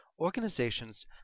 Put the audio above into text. Organizations